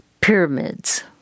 pyramids